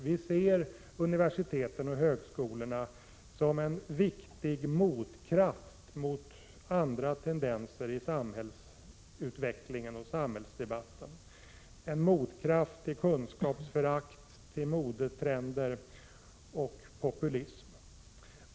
Vi ser universiteten och högskolorna som en viktig motkraft mot vissa tendenser i samhällsutvecklingen och samhällsdebatten, en motkraft till kunskapsförakt, modetrender och populism.